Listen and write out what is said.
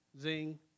zing